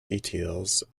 details